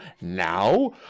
Now